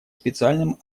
специальным